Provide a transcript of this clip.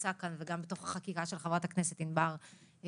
שנמצא כאן וגם בתוך החקיקה של חברת הכנסת ענבר בזק,